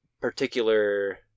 particular